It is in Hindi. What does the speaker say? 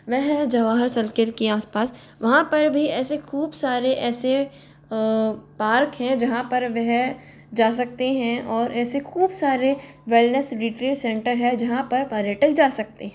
वह है जवाहर सर्किट के आस पास वहाँ पर भी ऐसे खूब सारे ऐसे पार्क हैं जहाँ पर वह जा सकते हैं और ऐसे खूब सारे वेलनेस रिट्रीट सेंटर है जहाँ पर पर्यटक जा सकते है